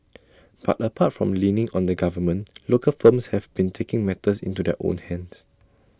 but apart from leaning on the government local firms have been taking matters into their own hands